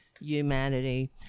humanity